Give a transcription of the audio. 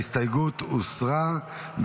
ההסתייגות הוסרה.